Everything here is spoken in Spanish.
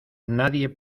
nadie